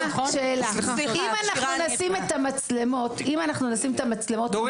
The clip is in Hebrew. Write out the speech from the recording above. --- אם אנחנו נשים את המצלמות עם סאונד,